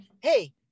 hey